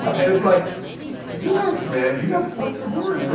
and it's like relax, man! you've got the fucking horn! we're